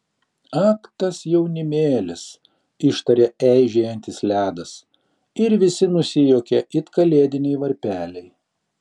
ak tas jaunimėlis ištarė eižėjantis ledas ir visi nusijuokė it kalėdiniai varpeliai